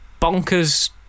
bonkers